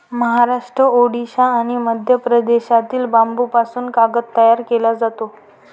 महाराष्ट्र, ओडिशा आणि मध्य प्रदेशातील बांबूपासून कागद तयार केला जातो